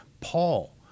Paul